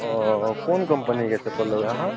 ओ कोन कम्पनीके चप्पल लेबय अहाँ